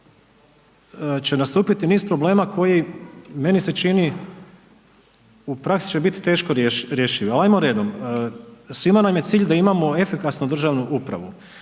će nastupiti niz problema koji meni se čini u praksi će biti teško rješivi, ali ajmo redom. Svima nam je cilj da imamo efikasnu državnu upravu,